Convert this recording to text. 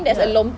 ya